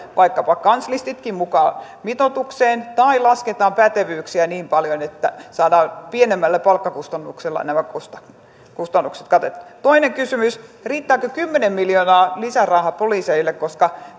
vaikkapa kanslistitkin mukaan mitoitukseen tai lasketaan pätevyyksiä niin paljon että saadaan pienemmällä palkkakustannuksella nämä kustannukset katettua toinen kysymys riittääkö kymmenen miljoonan lisäraha poliiseille koska